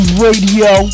radio